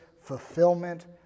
fulfillment